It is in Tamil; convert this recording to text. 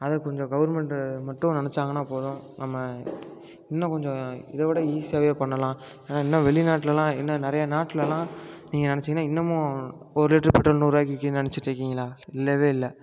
அதை கொஞ்சம் கவர்மெண்டு மட்டும் நெனச்சாங்கன்னால் போதும் நம்ம இன்னும் கொஞ்சம் இதை விட ஈஸியாகவே பண்ணலாம் இன்னும் வெளிநாட்டுலேலாம் இன்னும் நிறையா நாட்டிலலாம் நீங்கள் நெனச்சிங்கன்னால் இன்னமும் ஒரு லிட்டரு பெட்ரோல் நூறுரூவாய்க்கு விற்கிதுனு நினச்சிட்டு இருக்கிங்களா இல்லவே இல்லை